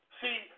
See